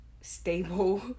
stable